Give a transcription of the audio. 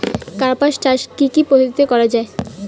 কার্পাস চাষ কী কী পদ্ধতিতে করা য়ায়?